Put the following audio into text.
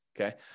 okay